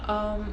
um